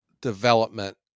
development